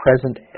present